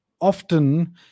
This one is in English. often